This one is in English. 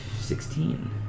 Sixteen